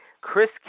Chris